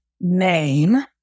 name